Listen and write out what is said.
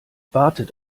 wartet